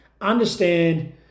understand